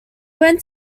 went